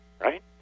right